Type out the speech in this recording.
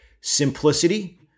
simplicity